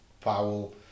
Powell